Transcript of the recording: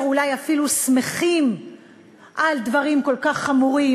אולי אפילו שמחים על דברים כל כך חמורים,